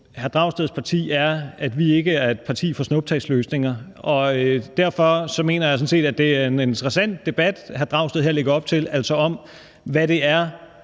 Dragsteds parti er, at vi ikke er et parti for snuptagsløsninger, og derfor mener jeg sådan set, at det er en interessant debat, hr. Pelle Dragsted her lægger op til – altså om, hvad det er,